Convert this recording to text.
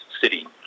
city